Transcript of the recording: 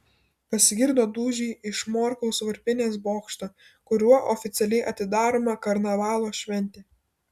pasigirdo dūžiai iš morkaus varpinės bokšto kuriuo oficialiai atidaroma karnavalo šventė